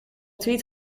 tweet